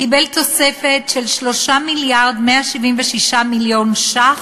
קיבל תוספת של 3 מיליארד ו-376 מיליון ש"ח,